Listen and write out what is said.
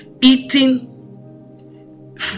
Eating